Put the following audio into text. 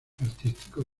artístico